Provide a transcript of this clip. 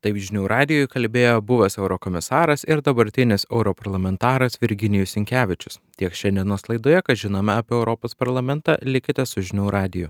taip žinių radijui kalbėjo buvęs eurokomisaras ir dabartinis europarlamentaras virginijus sinkevičius tiek šiandienos laidoje ką žinome apie europos parlamentą likite su žinių radiju